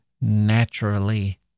naturally